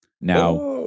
Now